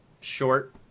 Short